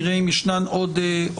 נראה אם יש עוד שאלות.